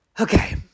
Okay